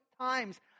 times